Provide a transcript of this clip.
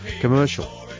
commercial